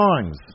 songs